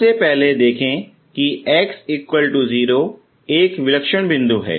सबसे पहले देखें कि x 0 एक विलक्षण बिंदु है